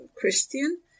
Christian